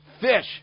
Fish